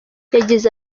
yagize